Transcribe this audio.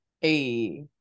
Hey